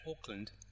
Auckland